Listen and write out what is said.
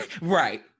right